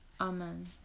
Amen